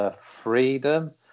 freedom